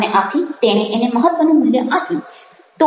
અને આથી તેણે એને મહત્ત્વનું મૂલ્ય આપ્યું